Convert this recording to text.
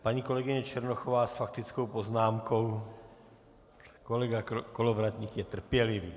Paní kolegyně Černochová s faktickou poznámkou, kolega Kolovratník je trpělivý.